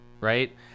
right